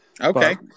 Okay